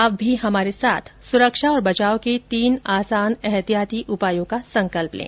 आप भी हमारे साथ सुरक्षा और बचाव के तीन आसान एहतियाती उपायों का संकल्प लें